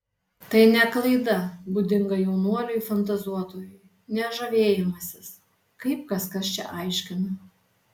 tai ne klaida būdinga jaunuoliui fantazuotojui ne žavėjimasis kaip kai kas čia aiškina